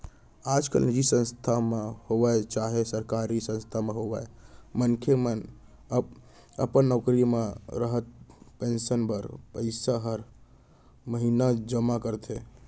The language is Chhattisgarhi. आजकाल निजी संस्था म होवय चाहे सरकारी संस्था म होवय मनसे मन अपन नौकरी म रहते पेंसन बर पइसा हर महिना जमा करथे